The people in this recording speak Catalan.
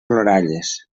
ploralles